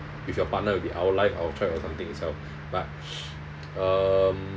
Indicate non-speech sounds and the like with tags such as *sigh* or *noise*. with your partner will be our life our choice or something itself but *breath* um